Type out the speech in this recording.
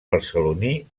barceloní